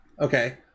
Okay